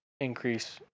increase